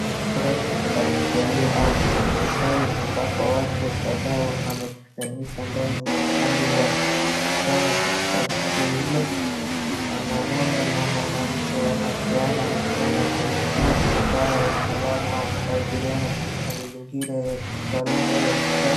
Mkutano rasmi wa kijamii au serikali ambapo watu kadhaa wamekusanyika ndani ya ukumbi wa mkutano katika tukio hilo. Mwanaume na mwanamke wanapeana mikono kwa heshima ishara ya salamu au kuabiriana katika mazingira ya kitaaluma au kikazi.